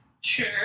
Sure